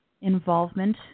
involvement